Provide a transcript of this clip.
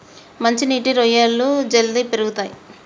మంచి నీటి రొయ్యలు జల్దీ పెరుగుతయ్